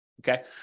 Okay